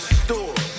store